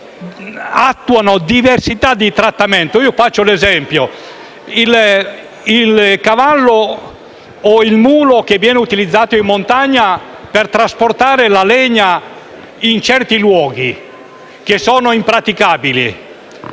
attuano diversità di trattamento. Faccio un esempio: il cavallo e il mulo che vengono utilizzati in montagna per trasportare la legna in luoghi impraticabili